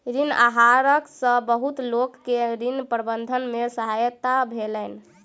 ऋण आहार सॅ बहुत लोक के ऋण प्रबंधन में सहायता भेलैन